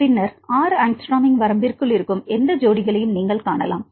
பின்னர் 6 ஆங்ஸ்ட்ரோமின் வரம்பிற்குள் இருக்கும் எந்த ஜோடிகளையும் நீங்கள் காணலாம்